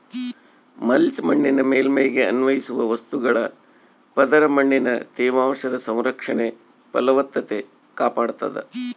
mulch ಮಣ್ಣಿನ ಮೇಲ್ಮೈಗೆ ಅನ್ವಯಿಸುವ ವಸ್ತುಗಳ ಪದರ ಮಣ್ಣಿನ ತೇವಾಂಶದ ಸಂರಕ್ಷಣೆ ಫಲವತ್ತತೆ ಕಾಪಾಡ್ತಾದ